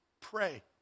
pray